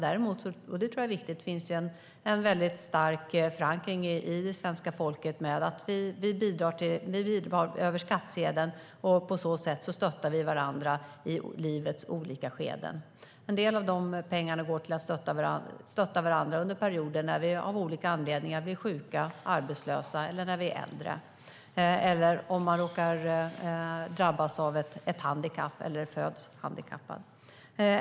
Däremot, och det tror jag är viktigt, finns det en mycket stark förankring hos svenska folket när det handlar om att bidra över skattsedeln och på så sätt stötta varandra i livets olika skeden. En del av pengarna går till att stötta varandra under perioder när vi av olika anledningar blir sjuka eller arbetslösa, när vi blir äldre, om vi råkar drabbas av handikapp eller föds handikappad.